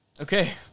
Okay